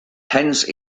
hence